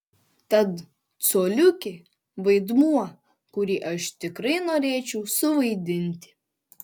tad coliukė vaidmuo kurį aš tikrai norėčiau suvaidinti